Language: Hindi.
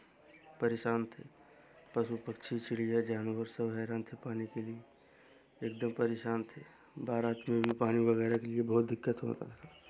परेशान थे पशु पक्षी चिड़िया जानवर सब हैरान थे पानी के लिए एक दम परेशान थे बरात में भी पानी वगैरह के लिए बहुत दिक्कत होगी